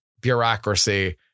bureaucracy